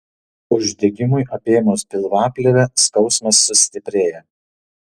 uždegimui apėmus pilvaplėvę skausmas sustiprėja